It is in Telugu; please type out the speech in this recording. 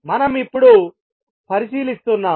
మనం ఇప్పుడు పరిశీలిస్తున్నాము